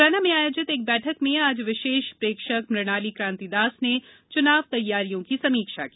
मुरैना में आयोजित एक बैठक में आज विशेष प्रेक्षक मृणाली क्रांतिदास ने चुनाव तैयारियों की समीक्षा की